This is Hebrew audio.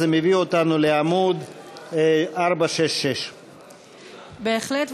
זה מביא אותנו לעמוד 466. בהחלט,